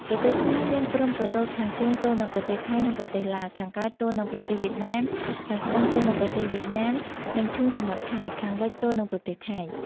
ប្រទេសខ្មែរមានព្រំប្រទល់ខាងជើងទល់នឹងប្រទេសថៃ និងប្រទេសឡាវ ខាងកើតទល់នឹងប្រទេសវៀតណាម ខាងត្បូងទល់នឹងប្រទេសវៀតណាម និងឈូងសមុទ្រថៃ ខាងលិចទល់នឹងប្រទេសថៃ ។